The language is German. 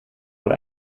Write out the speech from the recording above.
wohl